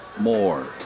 more